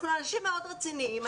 אנחנו אנשים מאוד רציניים.